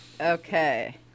Okay